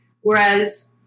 Whereas